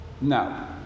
Now